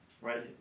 Right